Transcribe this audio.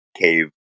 cave